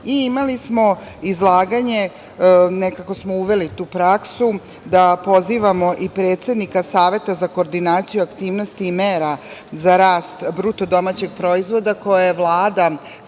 i imali smo izlaganje, nekako smo uveli tu praksu da pozivamo i predsednika Saveta za koordinaciju aktivnosti i mera za rast BDP-a koji je Vlada